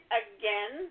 again